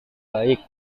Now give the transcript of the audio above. baik